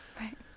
right